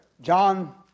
John